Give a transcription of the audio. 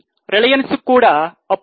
Reliance కు కూడా అప్పు ఎక్కువ